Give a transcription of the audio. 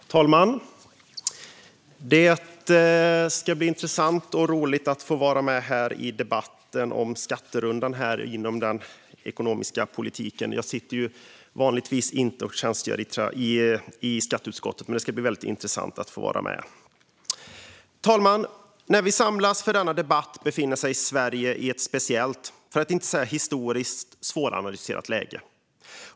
Fru talman! Det ska bli intressant och roligt att få vara med i den här debatten om skatterundan inom den ekonomiska politiken. Jag tjänstgör vanligtvis inte i skatteutskottet, men det ska bli väldigt intressant att få vara med. Fru talman! När vi samlas för denna debatt befinner sig Sverige i ett speciellt, för att inte säga historiskt, svåranalyserat läge.